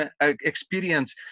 experience